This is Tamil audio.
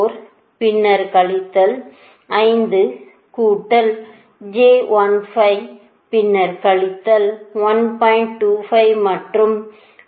704 பின்னர் கழித்தல் 5 கூட்டல் j 15 பின்னர் கழித்தல் 1